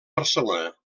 barcelona